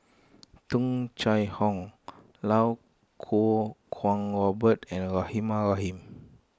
Tung Chye Hong Lau Kuo Kwong Robert and Rahimah Rahim